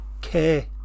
care